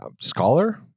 scholar